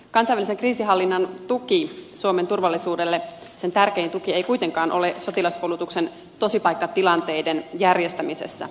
kansainvälisen kriisinhallinnan tuki suomen turvallisuudelle sen tärkein tuki ei kuitenkaan ole sotilaskoulutuksen tosipaikkatilanteiden järjestämisessä